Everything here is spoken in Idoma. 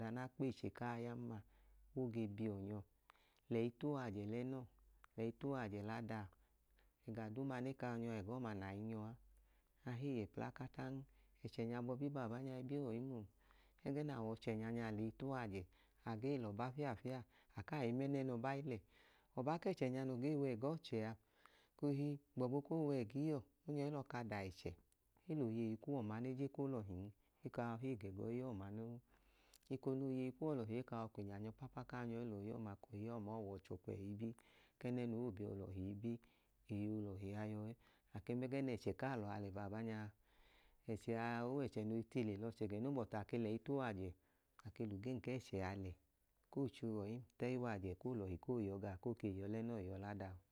Ọda na kpeyi che kaa yan ma oge biọ nyọ. L'ẹyi tu w'ajẹ l'ẹnọọ l'ẹyi tu w'ajẹ l'adaa ẹga duuma ne ka nyọo abọọ nai nyọa. Ahii yẹ plakataan, ẹchẹ nya bọbi baabanya ibion ọyim o ẹgẹ naa w'ọchẹnya nya aleyi tu w'aje agee l'ọba fia fia akai mẹnẹnọba ilẹ. ọba k'ẹchẹ nya no gee w'ẹgọọchẹa ohi gbọbu koo w'eegiyọ ẹnyọọ lọka da ẹchẹ eloyi kuwọ ma ne je k'olọhin ekaọ hii ge gọi ọọma noo, eko n'oyei kuwọ l'ọhi ekaọ kwinya nyọ papa kaa nyọi l'ọyi ọọma kọi ọyi ọọma oo w'ọchọ kwọi ibi kẹnẹnu oobiyọ lọhi bi. Oyei olọhi a yọẹ ake mẹgẹ nẹẹchẹ kalọa lẹ babanya ẹchẹ ow'ẹchẹ noi t'ile l'ọchẹ gẹnon but ake l'ẹyi tu w'ajẹ ake l'ugen k'ẹchẹ lẹ. Koocho ọyim t'ẹyi w'ajẹ k'olọhi koi yọgaa koi yọ lẹnọọ koi yọ l'adaa